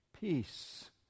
peace